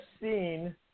seen